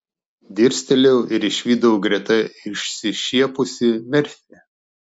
dirstelėjau ir išvydau greta išsišiepusį merfį